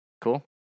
Cool